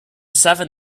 seven